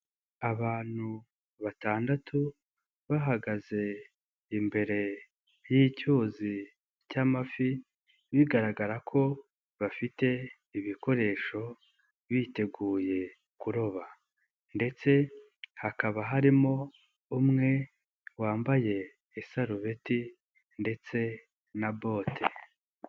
Abantu batandatu bahagaze imbere y'icyuzi cy'amafi bigaragara ko bafite ibikoresho biteguye kuroba ndetse hakaba harimo umwe wambaye isarubeti ndetse na bote.